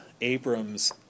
Abrams